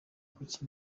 kuki